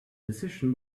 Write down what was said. decision